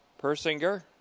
Persinger